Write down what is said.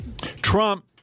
Trump